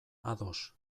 ados